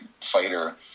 fighter